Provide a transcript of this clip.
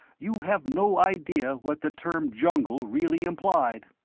you have no idea what the term jungle really implied.